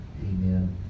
Amen